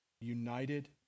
united